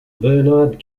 bernard